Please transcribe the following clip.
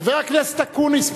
חבר הכנסת אקוניס,